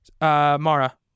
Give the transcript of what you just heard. Mara